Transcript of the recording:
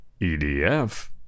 EDF